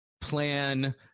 plan